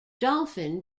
dolphin